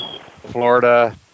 florida